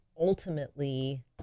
ultimately